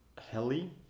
Heli